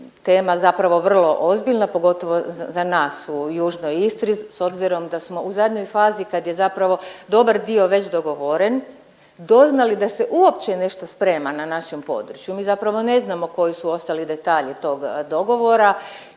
tema zapravo vrlo ozbiljna pogotovo za nas u južnoj Istri s obzirom da smo u zadnjoj fazi kad je zapravo dobar dio već dogovoren doznali da se uopće nešto sprema na našem području. Mi zapravo ne znamo koji su ostali detalji tog dogovora